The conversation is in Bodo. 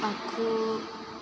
आखुखौ